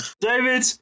David